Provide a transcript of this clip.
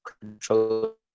control